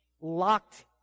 locked